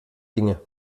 dinge